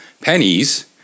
Pennies